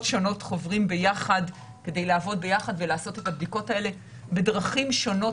שונות חוברים ביחד כדי לעבוד ביחד ולעשות את הבדיקות האלה בדרכים שונות